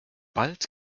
bald